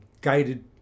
Guided